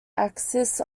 axis